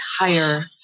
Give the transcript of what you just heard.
entire